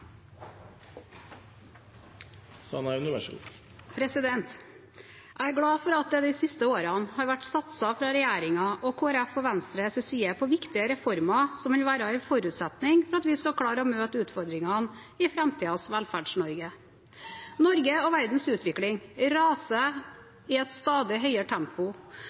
fra regjeringen, Kristelig Folkeparti og Venstres side på viktige reformer, noe som vil være en forutsetning for at vi skal klare å møte utfordringene i framtidens Velferds-Norge. Norge og verdens utvikling raser i et stadig høyere tempo,